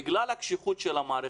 בגלל הקשיחות של המערכת,